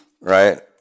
right